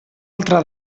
altra